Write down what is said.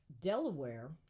Delaware